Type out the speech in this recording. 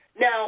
Now